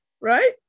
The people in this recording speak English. Right